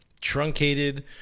truncated